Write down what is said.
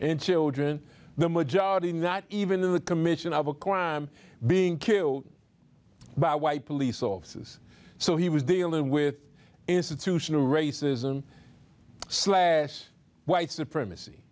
and children the majority not even in the commission of a crime being killed by a white police offices so he was dealing with institutional racism slash white supremacy